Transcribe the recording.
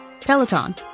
Peloton